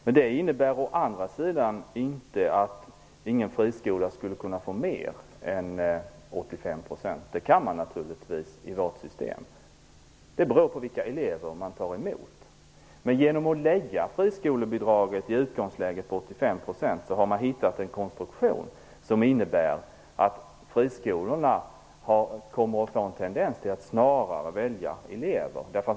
Men det innebär inte att ingen friskola skulle kunna få mer än 85 %. Det går naturligtvis i Socialdemokraternas system; det beror på vilka elever som tas emot. Genom att lägga friskolebidraget i utgångsläget 85 % har man funnit en konstruktion som innebär att friskolorna tenderar att snarare välja elever.